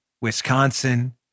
Wisconsin